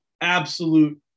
absolute